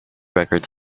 records